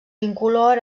incolor